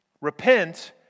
repent